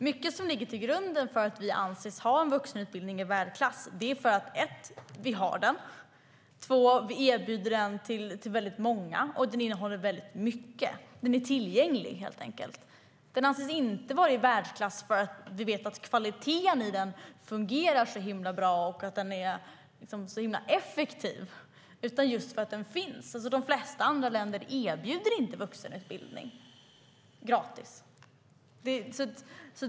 Fru talman! Grunden för att vi anses ha en vuxenutbildning i världsklass är mycket 1) att vi har den och 2) att vi erbjuder den till väldigt många. Den innehåller väldigt mycket, och den är helt enkelt tillgänglig. Den anses inte vara i världsklass för att vi vet att kvaliteten är så bra och att den fungerar så effektivt, utan det handlar just om att den finns. Det flesta andra länder erbjuder inte vuxenutbildning gratis.